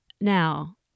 Now